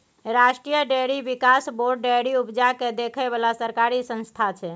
राष्ट्रीय डेयरी बिकास board dairy उपजा केँ देखै बला सरकारी संस्था छै